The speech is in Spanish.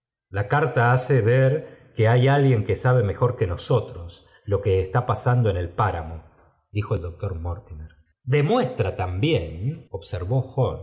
la carta hace ver que hay alguien que sabe mejor que nosotros lo que está pasando en el páramo dijo el doctor mortimer demuestra también observó